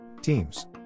Teams